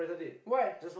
why